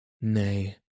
Nay